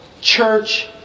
church